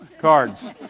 cards